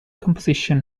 composition